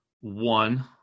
One